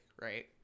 right